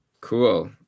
Cool